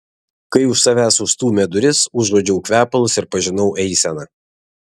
kai už savęs užstūmė duris užuodžiau kvepalus ir pažinau eiseną